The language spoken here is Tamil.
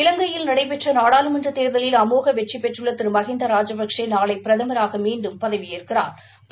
இலங்கையில் நடைபெற்ற நாடாளுமன்ற தேர்தலில் அமோக வெற்றிபெற்றுள்ள திரு மகிந்தா ராஜபக்ஷே நாளை பிரதமராக மீண்டும் பதவியேற்கிறாா்